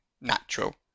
natural